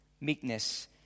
Meekness